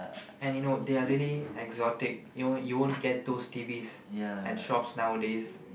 and you know they are really exotic you know you won't get those T_Vs at shops nowadays